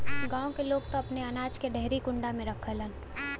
गांव के लोग त अपने अनाज के डेहरी कुंडा में रखलन